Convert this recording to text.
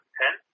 ten